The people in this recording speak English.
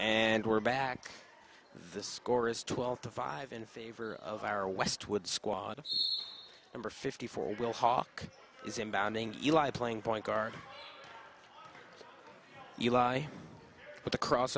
and we're back the score is twelve to five in favor of our westwood squad number fifty four will hawk is in bounding playing point guard you lie but the cross